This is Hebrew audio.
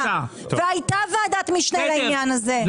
הייתה ועדת משנה לעניין הזה.